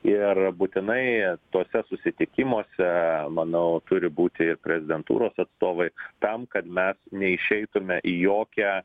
ir būtinai tuose susitikimuose manau turi būti ir prezidentūros atstovai tam kad mes neišeitume į jokią